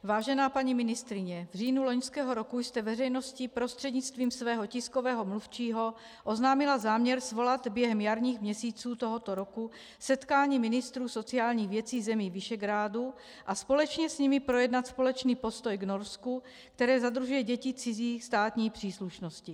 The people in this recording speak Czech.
Vážená paní ministryně, v říjnu loňského roku jste veřejnosti prostřednictvím svého tiskového mluvčího oznámila záměr svolat během jarních měsíců tohoto roku setkání ministrů sociálních věcí zemí Visegrádu a společně s nimi projednat společný postoj k Norsku, které zadržuje děti cizí státní příslušnosti.